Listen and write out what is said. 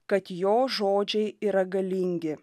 kad jo žodžiai yra galingi